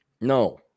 No